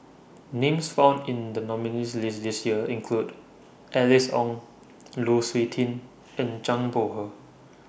Names found in The nominees' list This Year include Alice Ong Lu Suitin and Zhang Bohe